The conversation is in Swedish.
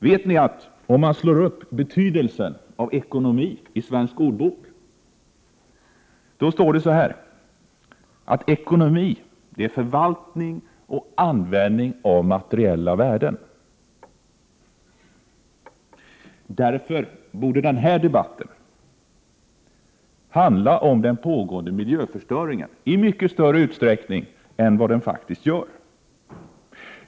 Vet ni, att om man slår upp betydelsen av ordet ekonomi i Svensk ordbok, finner man att det står att ekonomi är förvaltning och användning av materiella värden. Därför borde denna debatt handla om den pågående miljöförstöringen i mycket större utsträckning än den faktiskt gör.